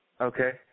Okay